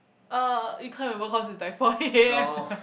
uh you can't remember cause it's like four A_M